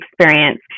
experience